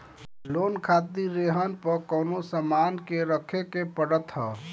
loan खातिर रेहन पअ कवनो सामान के रखे के पड़त हअ